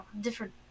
different